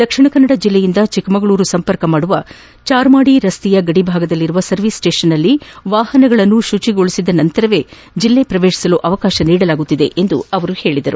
ದಕ್ಷಿಣ ಕನ್ನಡ ಜಿಲ್ಲೆಯಿಂದ ಚಿಕ್ಕಮಗಳೂರು ಸಂಪರ್ಕಿಸುವ ಚಾರ್ಮಾಡಿ ರಸ್ತೆಯ ಗಡಿಯಲ್ಲಿರುವ ಸರ್ವೀಸ್ ಸ್ವೇಷನ್ನಲ್ಲಿ ವಾಹನಗಳನ್ನು ಶುಚಿಗೊಳಿಸಿದ ನಂತರವೇ ಜಿಲ್ಲೆ ಪ್ರವೇಶಿಸಲು ಅವಕಾಶ ನೀಡಲಾಗುತ್ತಿದೆ ಎಂದು ಹೇಳಿದರು